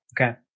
Okay